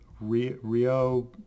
rio